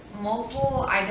multiple